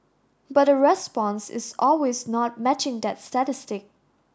but the response is always not matching that statistic